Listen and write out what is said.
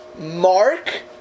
Mark